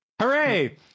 hooray